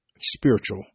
spiritual